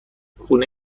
خونه